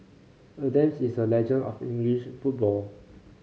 Adams is a legend of English football